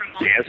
Yes